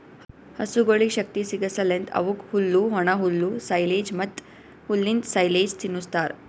ಹಸುಗೊಳಿಗ್ ಶಕ್ತಿ ಸಿಗಸಲೆಂದ್ ಅವುಕ್ ಹುಲ್ಲು, ಒಣಹುಲ್ಲು, ಸೈಲೆಜ್ ಮತ್ತ್ ಹುಲ್ಲಿಂದ್ ಸೈಲೇಜ್ ತಿನುಸ್ತಾರ್